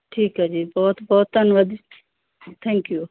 ਠੀਕ ਆ ਜੀ ਬਹੁਤ ਬਹੁਤ ਧੰਨਵਾਦ ਜੀ ਥੈਂਕ ਯੂ